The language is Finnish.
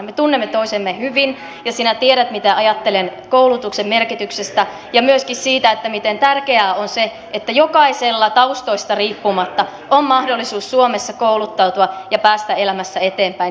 me tunnemme toisemme hyvin ja sinä tiedät mitä ajattelen koulutuksen merkityksestä ja myöskin siitä miten tärkeää on se että jokaisella taustoista riippumatta on mahdollisuus suomessa kouluttautua ja päästä elämässä eteenpäin